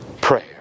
prayer